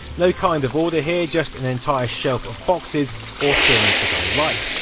no kind of order here, just an entire shelf of boxes or things but i like.